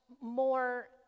more